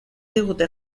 digute